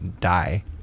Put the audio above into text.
die